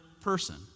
person